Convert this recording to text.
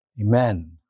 Amen